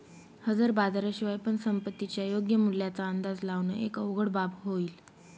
हजर बाजारा शिवाय पण संपत्तीच्या योग्य मूल्याचा अंदाज लावण एक अवघड बाब होईल